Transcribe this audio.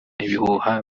ibihuha